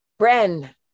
Bren